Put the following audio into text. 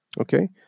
Okay